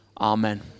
Amen